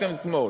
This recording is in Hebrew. אתם שמאל.